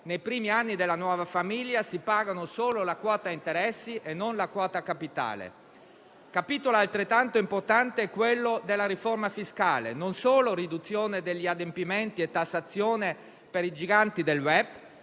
nei primi anni della nuova famiglia si paga solo la quota interessi e non la quota capitale. Un capitolo altrettanto importante è quello della riforma fiscale: non solo riduzione degli adempimenti e tassazione per i giganti del *web*,